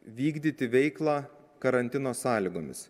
vykdyti veiklą karantino sąlygomis